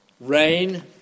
rain